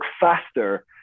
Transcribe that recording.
faster